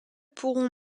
pourront